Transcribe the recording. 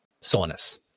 soreness